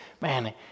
man